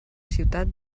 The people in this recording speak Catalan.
ciutat